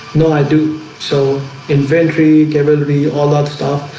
no, i do so inventory care will be all that stuff.